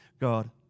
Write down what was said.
God